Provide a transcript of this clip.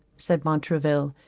said montraville,